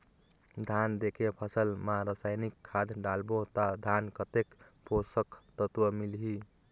धान देंके फसल मा रसायनिक खाद डालबो ता धान कतेक पोषक तत्व मिलही?